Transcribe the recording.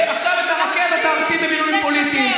ועכשיו את הרכבת תהרסי במינויים פוליטיים,